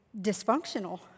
dysfunctional